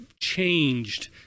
changed